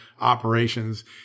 operations